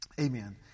amen